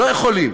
לא יכולים.